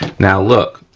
now look,